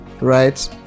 right